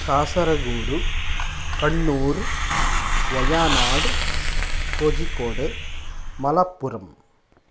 Kasaragod Kannur Wayanad Kozhikode Malappuram